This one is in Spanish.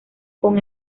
con